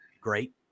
Great